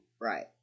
right